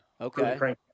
Okay